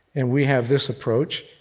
and we have this approach,